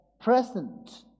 present